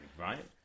right